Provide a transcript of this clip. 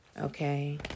Okay